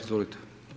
Izvolite.